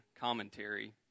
commentary